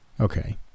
Okay